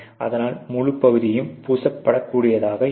அதனால் முழுப் பகுதியும் பூசப்படக்கூடியதாக இருக்கும்